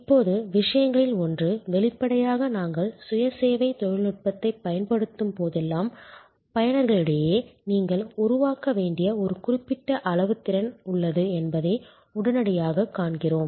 இப்போது விஷயங்களில் ஒன்று வெளிப்படையாக நாங்கள் சுய சேவை தொழில்நுட்பத்தைப் பயன்படுத்தும் போதெல்லாம் பயனர்களிடையே நீங்கள் உருவாக்க வேண்டிய ஒரு குறிப்பிட்ட அளவு திறன் உள்ளது என்பதை உடனடியாகக் காண்கிறோம்